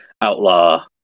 outlaw